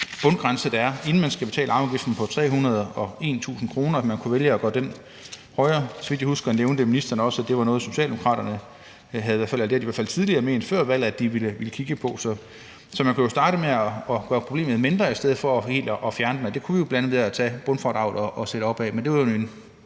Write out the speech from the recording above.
bundgrænse, der er, inden der skal betales arveafgift, på 301.000 kr. Man kunne vælge at gøre den højere. Så vidt jeg husker, nævnte ministeren også, at det var noget, Socialdemokraterne tidligere, i hvert fald før valget, havde ment de ville kigge på. Man kunne jo starte med at gøre problemet mindre i stedet for helt at fjerne den, og det kunne vi bl.a. gøre ved at sætte bundfradraget op, men det